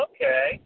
Okay